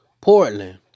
Portland